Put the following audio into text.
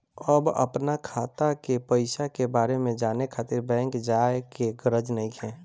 अब अपना खाता के पईसा के बारे में जाने खातिर बैंक जाए के गरज नइखे